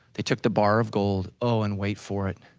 they took the bar of gold. oh and wait for it,